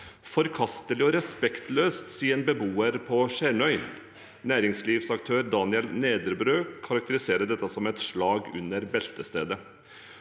Forkastelig og respektløst, sier en beboer på Sjernarøy. Næringslivsaktør Daniel Nedrebø karakteriserer dette som et slag under beltestedet.